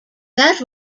that